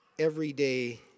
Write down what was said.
Everyday